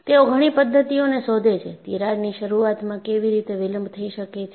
તેઓ ઘણી પદ્ધતિઓને શોધે છે તિરાડની શરૂઆતમાં કેવી રીતે વિલંબ થઈ શકે છે